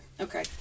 Okay